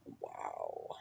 Wow